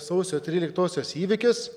sausio tryliktosios įvykius